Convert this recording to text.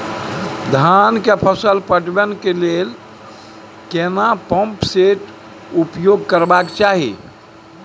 धान के फसल पटवन के लेल केना पंप सेट उपयोग करबाक चाही?